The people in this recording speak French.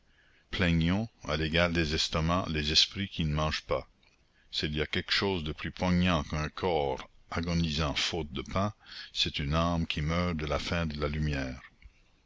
plaignons à l'égal des estomacs les esprits qui ne mangent pas s'il y a quelque chose de plus poignant qu'un corps agonisant faute de pain c'est une âme qui meurt de la faim de la lumière